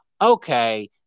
okay